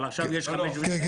אבל עכשיו יש --- כן,